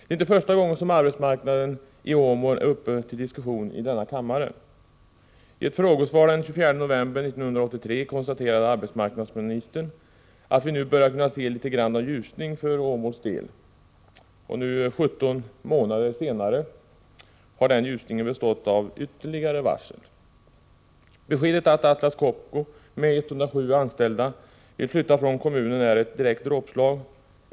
Det är inte första gången som arbetsmarknaden i Åmål är uppe till diskussion i kammaren. I ett frågesvar den 24 november 1983 konstaterade arbetsmarknadsministern ”att vi nu börjar kunna se litet grand av ljusning” för Åmåls del. Nu 17 månader senare har den ljusningen bestått av ytterligare varsel om uppsägningar. Beskedet att Atlas Copco med 107 anställda vill flytta från kommunen är ett direkt dråpslag.